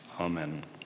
Amen